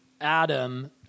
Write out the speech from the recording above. Adam